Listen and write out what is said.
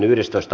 asia